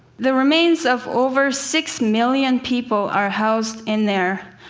the remains of over six million people are housed in there,